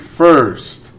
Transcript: first